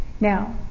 Now